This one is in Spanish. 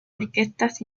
orquestas